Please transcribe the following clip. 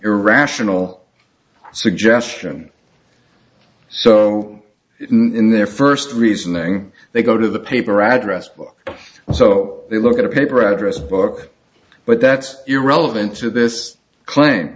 irrational suggestion so in their first reasoning they go to the paper address book so they look at a paper address book but that's irrelevant to this claim